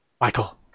Michael